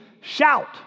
Shout